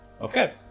Okay